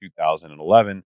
2011